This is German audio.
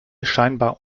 scheinbar